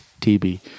TB